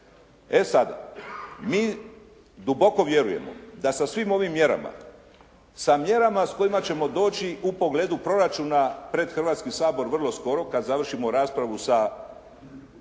E sad, mi duboko vjerujemo da sa svim ovim mjerama, sa mjerama s kojima ćemo doći u pogledu proračuna pred Hrvatski sabor vrlo skoro kad završimo raspravu sa socijalnim